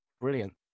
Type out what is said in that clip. Brilliant